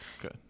Good